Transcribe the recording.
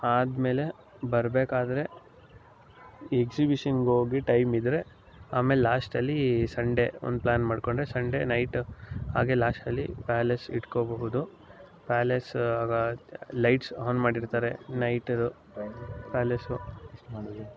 ಆದ್ಮೇಲೆ ಬರಬೇಕಾದ್ರೆ ಎಕ್ಸಿಬಿಷನ್ಗೋಗಿ ಟೈಮ್ ಇದ್ದರೆ ಆಮೇಲೆ ಲಾಸ್ಟಲೀ ಸಂಡೇ ಒಂದು ಪ್ಲ್ಯಾನ್ ಮಾಡ್ಕೊಂಡ್ರೆ ಸಂಡೇ ನೈಟ್ ಆಗೆ ಲಾಸ್ಟಲಿ ಪ್ಯಾಲೇಸ್ ಇಟ್ಕೊಬಹುದು ಪ್ಯಾಲೇಸ್ ಆಗ ಲೈಟ್ಸ್ ಆನ್ ಮಾಡಿರ್ತಾರೆ ನೈಟಿದು ಪ್ಯಾಲೇಸ್ಸು